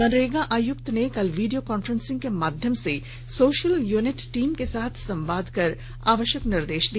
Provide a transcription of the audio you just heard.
मनरेगा आयुक्त ने कल वीडियो कांफ्रेंसिंग के माध्यम से सोशल यूनिट टीम के साथ संवाद कर आवश्यक निर्देश दिया